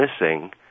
missing